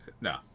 no